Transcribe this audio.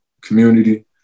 community